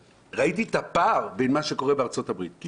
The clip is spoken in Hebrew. ראיתי את הפער בין מה שקורה בארצות הברית לביננו,